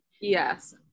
Yes